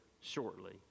shortly